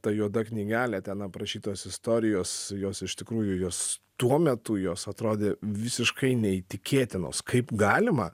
ta juoda knygelė ten aprašytos istorijos jos iš tikrųjų jos tuo metu jos atrodė visiškai neįtikėtinos kaip galima